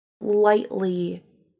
lightly